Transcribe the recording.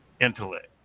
intellect